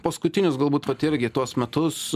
paskutinius galbūt vat irgi tuos metus